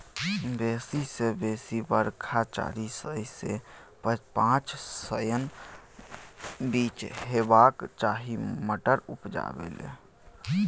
बेसी सँ बेसी बरखा चारि सय सँ पाँच सयक बीच हेबाक चाही मटर उपजाबै लेल